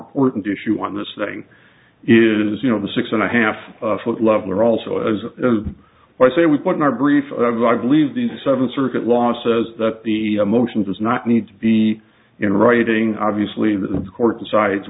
important issue on this thing is you know the six and a half foot level are also as i say we put in our grief i believe the seventh circuit law says that the emotions not need to be in writing obviously the court decides